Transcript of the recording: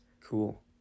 cool